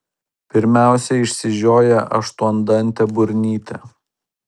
pirmiausia išsižioja aštuondantė burnytė